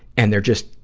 and they're just,